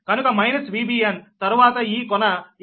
కనుక minus Vbn తరువాత ఈ కొన ఇక్కడ ఉంటుంది ప్లస్ Van